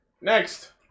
Next